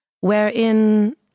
wherein